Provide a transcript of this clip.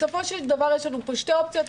בסופו של דבר יש לנו פה שתי אופציות.